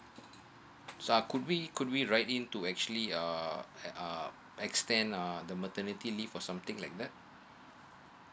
so could we could we write in to actually uh uh extend uh the maternity leave or something like that